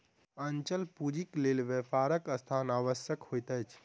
अचल पूंजीक लेल व्यापारक स्थान आवश्यक होइत अछि